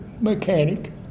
mechanic